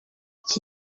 iki